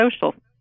social